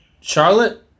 Charlotte